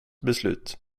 beslut